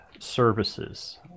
services